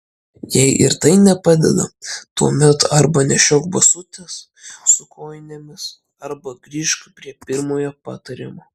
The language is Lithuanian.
jei ir tai nepadeda tuomet arba nešiok basutes su kojinėmis arba grįžk prie pirmojo patarimo